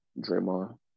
Draymond